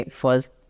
first